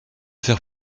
faire